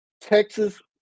Texas